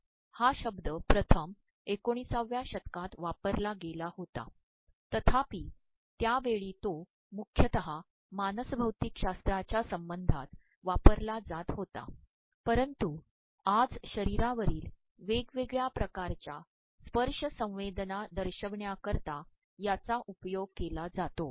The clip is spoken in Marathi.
हा शब्द िर्म १९व्या शतकात वापरला गेला होता तर्ाप्रप त्यावेळी तो मुख्यतः मानसभौततकशास्त्राच्या संबंधात वापरला जात होता परंतु आज शरीरावरील वेगवेगळ्या िकारच्या स्त्पशय संवेदना दशयप्रवण्याकररता याचा उपयोग के ला जातो